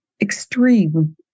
extreme